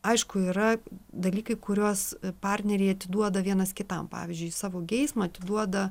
aišku yra dalykai kuriuos partneriai atiduoda vienas kitam pavyzdžiui savo geismą atiduoda